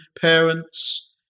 parents